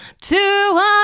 two